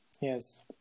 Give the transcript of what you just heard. yes